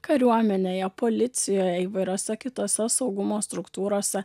kariuomenėje policijoje įvairiose kitose saugumo struktūrose